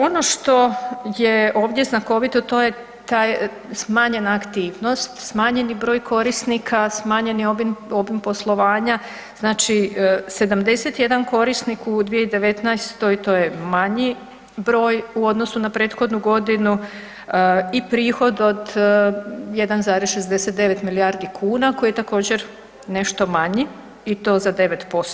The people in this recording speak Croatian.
Ono što je ovdje znakovito, to je ta smanjena aktivnost, smanjeni broj korisnika, smanjeni obim poslovanja, znači 71 korisnik u 2019., to je manji broj u odnosu na prethodnu godinu i prihod od 1,69 milijardi kuna, koji je također nešto manji i to za 9%